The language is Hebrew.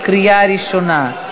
בקריאה ראשונה.